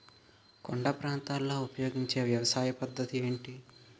కొండ ప్రాంతాల్లో ఉపయోగించే వ్యవసాయ పద్ధతి ఏంటి?